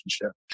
relationship